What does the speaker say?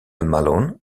malone